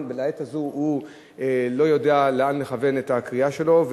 ולעת הזו הוא לא יודע לאן לכוון את הקריאה שלו,